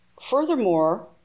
Furthermore